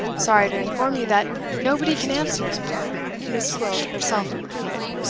sorry to inform you that nobody can answer it miss gwilt herself included.